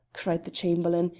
cried the chamberlain,